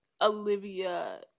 Olivia